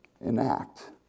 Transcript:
enact